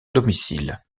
domicile